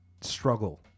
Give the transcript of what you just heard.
struggle